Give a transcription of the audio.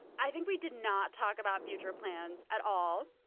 i think we did not talk about future plans at all.